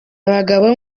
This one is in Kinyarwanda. abagabo